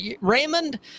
Raymond